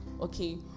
Okay